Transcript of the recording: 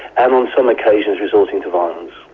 and on some occasions resorting to violence.